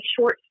short